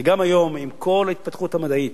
וגם היום, עם כל ההתפתחות המדעית,